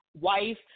wife